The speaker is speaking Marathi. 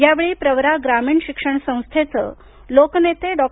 या वेळी प्रवरा ग्रामीण शिक्षण संस्थेचं लोकनेते डॉ